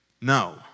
No